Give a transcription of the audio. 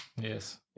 Yes